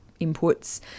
inputs